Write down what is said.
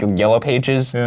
um yellow pages?